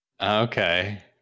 Okay